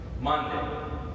Monday